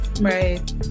Right